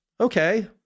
okay